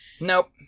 Nope